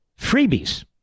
freebies